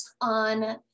on